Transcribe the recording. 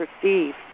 perceive